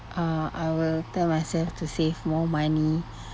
uh I will tell myself to save more money